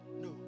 No